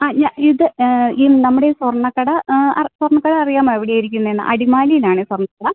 ആ ഞാൻ ഇത് ഈ നമ്മുടെ സ്വർണ്ണക്കട സ്വർണ്ണക്കട അറിയാമോ എവിടെ ആണ് ഇരിക്കുന്നത് എന്ന് അടിമാലിയിൽ ആണ് സ്വർണ്ണക്കട